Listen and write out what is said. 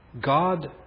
God